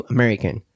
American